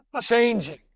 changing